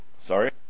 sorry